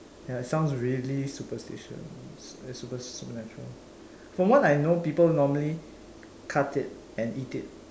ya it sounds really superstitious super supernatural from what I know people normally cut it and eat it